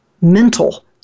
mental